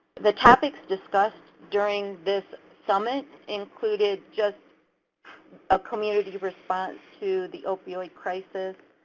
the topics discussed during this summit included just a community response to the opioid crisis,